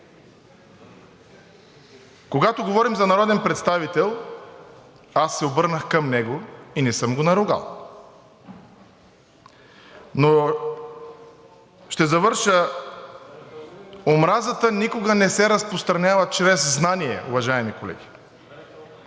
когато говорим за народен представител, аз се обърнах към него и не съм го наругал. Но ще завърша: омразата никога не се разпространява чрез знание, уважаеми колеги,